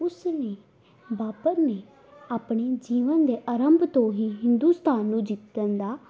ਉਸ ਨੇ ਬਾਬਰ ਨੇ ਆਪਣੇ ਜੀਵਨ ਦੇ ਆਰੰਭ ਤੋਂ ਹੀ ਹਿੰਦੁਸਤਾਨ ਨੂੰ ਜਿੱਤਣ ਦਾ